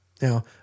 Now